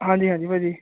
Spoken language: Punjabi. ਹਾਂਜੀ ਹਾਂਜੀ ਭਾਜੀ